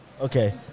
Okay